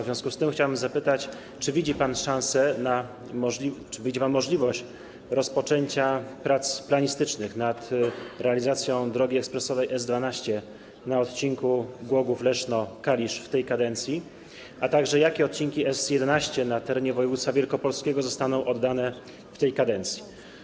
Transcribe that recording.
W związku z tym chciałbym zapytać: Czy widzi pan szansę, czy widzi pan możliwość rozpoczęcia prac planistycznych nad realizacją drogi ekspresowej S12 na odcinku Głogów - Leszno - Kalisz w tej kadencji, a także jakie odcinki S11 na terenie województwa wielkopolskiego zostaną oddane w tej kadencji?